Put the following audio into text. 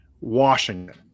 Washington